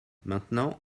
maintenant